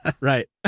Right